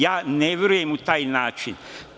Ja ne verujem u taj način.